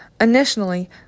Initially